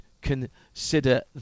consider